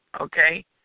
Okay